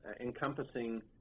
encompassing